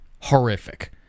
horrific